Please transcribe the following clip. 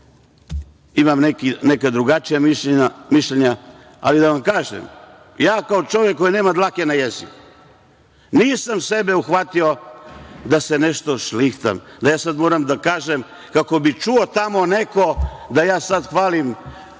imam neka drugačija mišljenja. Da vam kažem, kao čovek koji nema dlake na jeziku, nisam sebe uhvatio da se nešto šlihtam, da ja sada moram da kažem kako bi čuo neko tamo da ja sada hvalim